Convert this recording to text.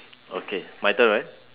okay my turn right